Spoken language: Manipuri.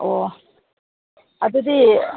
ꯑꯣ ꯑꯗꯨꯗꯤ